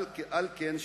על כן,